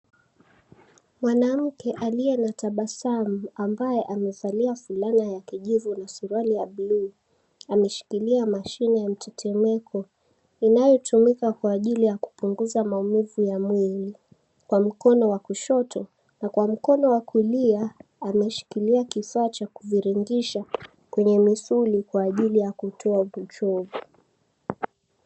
Mwanamke aliye na tabasamu ambaye amevalia fulana ya kijivu na suruali ya buluu ameshikilia mashini ya mtetemeko inayotumika kwa ajili ya kupunguza maumivu ya mwili. Kwa mkono wa kushoto na kwa mkono wa kulia ameshikilia kifaa cha kuviringisha kwenye misuli kwa ajili ya kutoa uchovu.